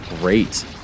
Great